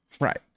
right